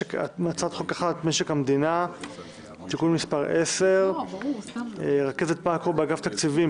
משק המדינה (תיקון מס' 10). רכזת מקרו באגף תקציבים,